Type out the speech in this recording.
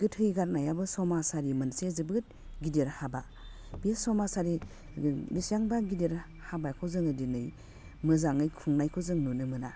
गोथै गारनायाबो समाजारि मोनसे जोबोद गिदिर हाबा बे समाजारि बिसांबा गिदिर हाबाखौ जोङो दिनै मोजाङै खुंनायखौ जों नुनो मोना